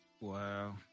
wow